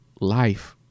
life